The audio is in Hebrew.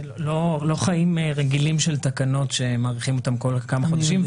זה לא חיים רגילים של תקנות שמאריכים אותן כל כמה חודשים,